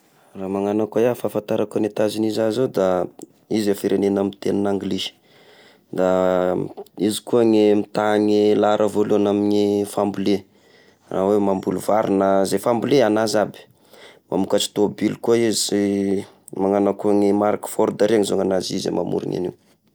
Raha magnano koa iahy, fahafantarako any Etazonia za zao da izy a firegnena mitegny anglisy, da izy koa mitahy lahara voalohany amy fambole, raha hoe mamboly vary na izay fambole agnazy aby, mamokatry tôbily koa izy, magnano ko marka Ford iregny izao ny agnazy, izy gna mamorina ireny.